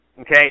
okay